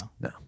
No